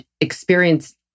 experience